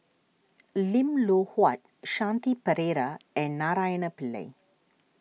Lim Loh Huat Shanti Pereira and Naraina Pillai